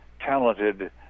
talented